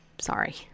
Sorry